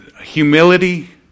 Humility